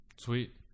Sweet